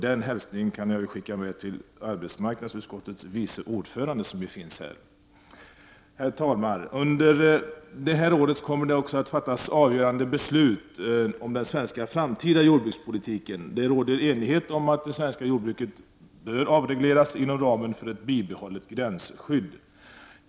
Den hälsningen ger jag arbetsmarknadsutskottets vice ordförande som sitter här i kammaren. Herr talman! Under det här året kommer avgörande beslut att fattas om den framtida svenska jordbrukspolitiken. Det råder enighet om att det svenska jordbruket bör avregleras inom ramen för ett bibehållet gränsskydd.